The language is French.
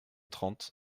trente